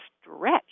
stretch